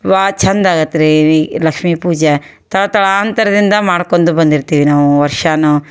ಭಾಳ ಚೆಂದ ಆಗತ್ತೆ ರೀ ಈ ಲಕ್ಷ್ಮಿ ಪೂಜೆ ತಳ ತಳಾಂತರದಿಂದ ಮಾಡ್ಕೊಂಡು ಬಂದಿರ್ತೀವಿ ನಾವು ವರ್ಷಾನು